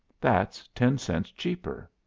that's ten cents cheaper.